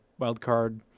wildcard